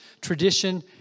tradition